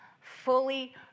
fully